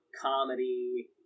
comedy